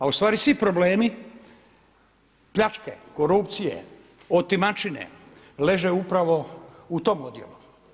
A ustvari svi problemi pljačke, korupcije, otimačine leže upravo u tom odjelu.